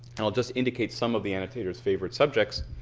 and i'll just indicate some of the annotator's favorite subjects.